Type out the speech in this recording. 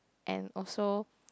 and also